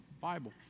Bible